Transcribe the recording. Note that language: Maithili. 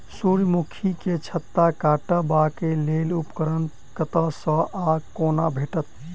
सूर्यमुखी केँ छत्ता काटबाक लेल उपकरण कतह सऽ आ कोना भेटत?